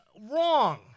wrong